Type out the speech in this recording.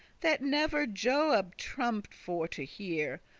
that never joab trumped for to hear,